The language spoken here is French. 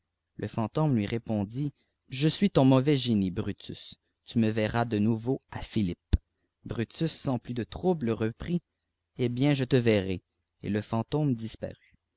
le fantôme lui répondit je suis ton mauvais génie brutu tu me verras de nouveau à philippes brutus sans plus de trouble reprit eh bien je te verrai et le fantôme